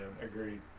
agreed